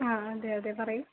ആ അതെ അതെ പറയൂ